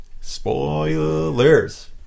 Spoilers